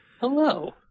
Hello